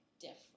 different